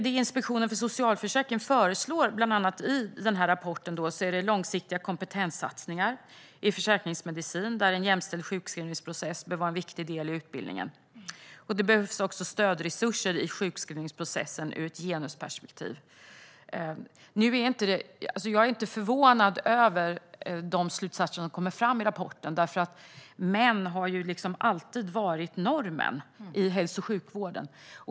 Det Inspektionen för socialförsäkringen föreslår bland annat i den här rapporten är långsiktiga kompetenssatsningar i försäkringsmedicin, där en jämställd sjukskrivningsprocess bör vara en viktig del i utbildningen. Det behövs också stödresurser i sjukskrivningsprocessen ur ett genusperspektiv. Jag är inte förvånad över de slutsatser som kommer fram i rapporten; män har ju alltid varit normen i hälso och sjukvården.